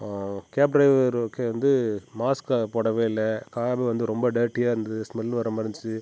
gap driver okay வந்து மாஸ்க்கை போடவே இல்லை கார் வந்து ரொம்ப டேர்ட்டியாக இருந்தது ஸ்மெல் வர மாதிரி இருந்துச்சு